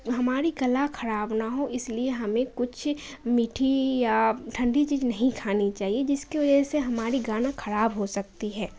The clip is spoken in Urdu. ہماری کلا خراب نہ ہو اس لیے ہمیں کچھ میٹھی یا ٹھنڈی چیز نہیں کھانی چاہیے جس کی وجہ سے ہماری گانا خراب ہو سکتی ہے